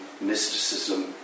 mysticism